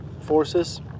forces